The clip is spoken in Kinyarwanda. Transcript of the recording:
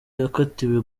yakatiwe